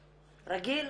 רגיל,